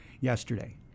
yesterday